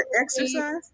exercise